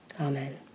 Amen